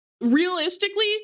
realistically